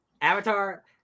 Avatar